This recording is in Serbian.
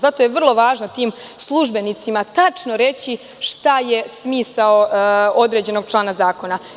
Zato je vrlo važno tim službenicima tačno reći šta je smisao određenog člana zakona.